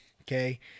okay